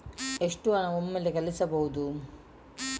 ಎಷ್ಟು ಹಣ ಒಮ್ಮೆಲೇ ಕಳುಹಿಸಬಹುದು?